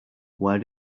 where